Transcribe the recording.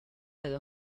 edo